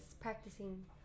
practicing